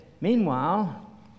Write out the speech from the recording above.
meanwhile